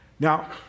Now